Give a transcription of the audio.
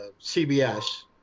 CBS